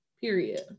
period